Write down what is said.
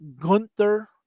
Gunther